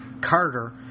Carter